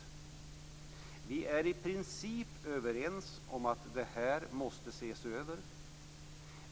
Vi är i princip överens om att detta måste ses över.